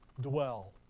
Dwell